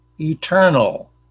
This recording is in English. eternal